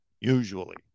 usually